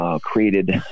Created